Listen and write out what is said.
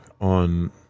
on